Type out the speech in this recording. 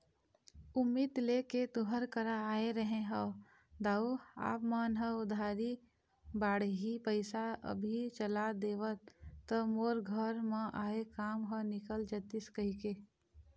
उम्मीद लेके तुँहर करा आय रहें हँव दाऊ आप मन ह उधारी बाड़ही पइसा अभी चला देतेव त मोर घर म आय काम ह निकल जतिस कहिके